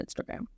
instagram